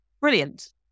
Brilliant